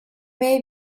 may